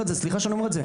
סליחה שאני אומר את זה.